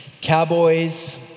Cowboys